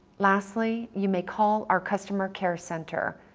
lastly, you may call our customer care center.